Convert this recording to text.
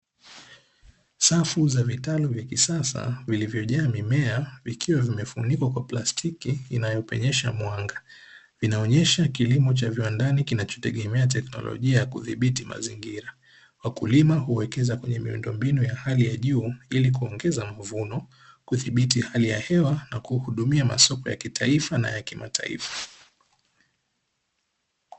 Safu za vitalu vya kisasa vilivyojaa mimea vikiwa vimefunikwa kwa plastiki inayopenyesha mwanga, vinaonyesha kilimo cha viwandani kinachotegemea teknolojia ya kudhibiti mazingira, wakulima huwekeza kwenye miundombinu ya hali ya juu ili kuongeza mavuno kudhibiti hali ya hewa na kuhudumia masoko ya kitaifa na ya kimataifa.